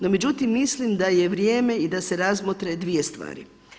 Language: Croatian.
No međutim, mislim da je vrijeme i da se razmotre dvije stvari.